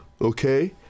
okay